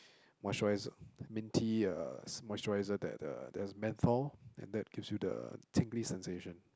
moisturiser minty uh moisturiser that uh that's menthol and that gives you the tingly sensation